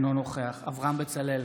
אינו נוכח אברהם בצלאל,